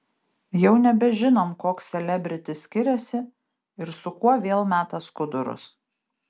jau nebežinom koks selebritis skiriasi ir su kuo vėl meta skudurus